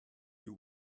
you